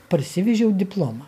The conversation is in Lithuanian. parsivežiau diplomą